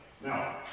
Now